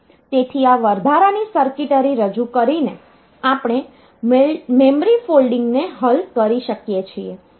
તેથી આ વધારાની સર્કિટરી રજૂ કરીને આપણે મેમરી ફોલ્ડિંગને હલ કરી શકીએ છીએ